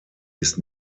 ist